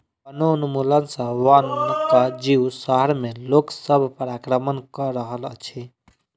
वनोन्मूलन सॅ वनक जीव शहर में लोक सभ पर आक्रमण कअ रहल अछि